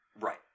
Right